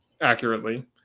accurately